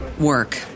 work